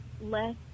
less